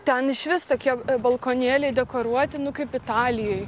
ten išvis tokie balkonėliai dekoruoti nu kaip italijoj